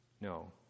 No